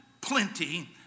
plenty